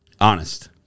Honest